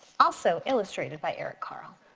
also illustrated by eric carle.